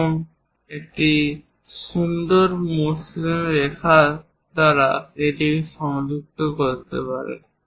এবং একটি সুন্দর মসৃণ রেখা দ্বারা এটিকে সংযুক্ত করতে পারে